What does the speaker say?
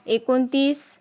एकोणतीस